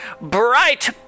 bright